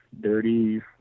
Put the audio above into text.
dirty